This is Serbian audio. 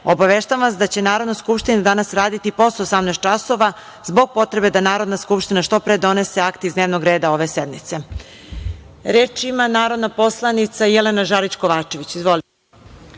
obaveštavam vas da će Narodna skupština danas raditi i posle 18 časova zbog potrebe da Narodna skupština što pre donese akte iz dnevnog reda ove sednice. Reč